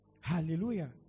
Hallelujah